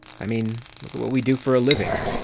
i mean, look at what we do for a living.